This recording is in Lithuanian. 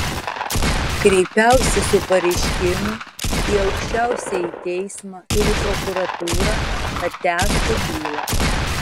kreipiausi su pareiškimu į aukščiausiąjį teismą ir į prokuratūrą kad tęstų bylą